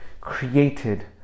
created